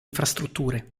infrastrutture